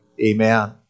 Amen